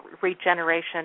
regeneration